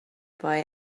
boy